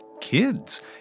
kids